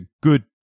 good